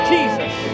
Jesus